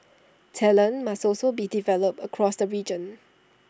talent must also be developed across the region